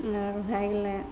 आओर भए गेलै